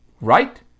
right